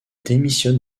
démissionne